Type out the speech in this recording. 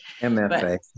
MFA